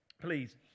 please